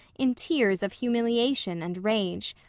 in tears of humiliation and rage.